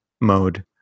mode